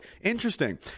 Interesting